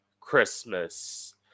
Christmas